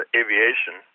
aviation